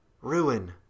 Ruin